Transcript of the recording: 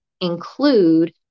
include